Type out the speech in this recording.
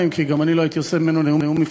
ואנחנו חושבים שאפשר להמשיך במציאות הזאת עד אין-סוף.